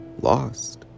lost